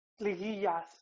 ligillas